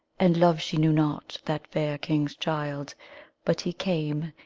and love she knew not, that far king's child but he came,